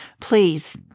Please